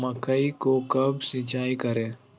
मकई को कब सिंचाई करे?